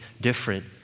different